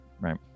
right